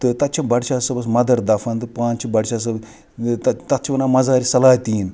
تہٕ تَتہِ چھ بَڈشاہ صٲبَس مَدَر دَفن پانہٕ چھُ بَڈشاہ صٲب تَتھ چھ وَنا مَزارِ سلاتیٖن